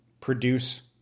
produce